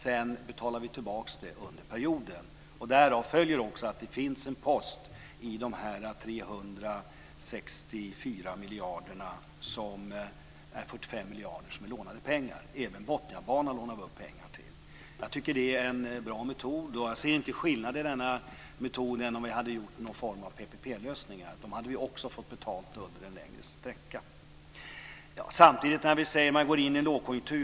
Vi betalar tillbaks pengarna under perioden. Därav följer att det finns en post - 45 miljarder av de 364 miljarderna - som är lånade pengar. Även Botniabanan lånar vi pengar till. Jag tycker att det är en bra metod. Jag ser ingen skillnad mellan detta och någon form av PPP-lösning. Då hade vi också fått betala under en längre tid. Sven Bergström säger att vi går in i en lågkonjunktur.